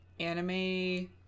Anime